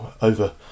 over